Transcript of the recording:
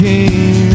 King